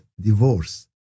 divorce